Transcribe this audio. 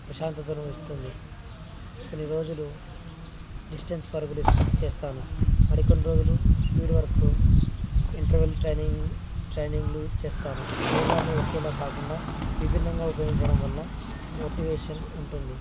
ప్రశాంతతను ఇస్తుంది కొన్ని రోజులు డిస్టెన్స్ పరుగులు ఇస్తే చేస్తాను మరికొన్ని రోజులు స్పీడ్ వర్కు ఇంటర్వెల్ ట్రైనింగ్ ట్రైనింగ్లు చేస్తాను శరీరాన్ని ఒకేలా కాకుండా విభిన్నంగా ఉపయోగించడం వల్ల మోటివేషన్ ఉంటుంది